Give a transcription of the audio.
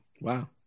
Wow